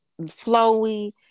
flowy